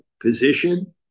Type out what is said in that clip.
position